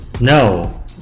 No